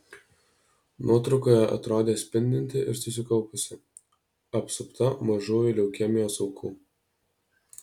nuotraukoje atrodė spindinti ir susikaupusi apsupta mažųjų leukemijos aukų